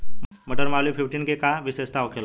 मटर मालवीय फिफ्टीन के का विशेषता होखेला?